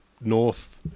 North